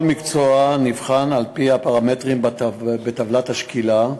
כל מקצוע נבחן על-פי הפרמטרים בטבלת השקילה,